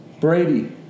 Brady